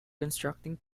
constructing